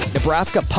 Nebraska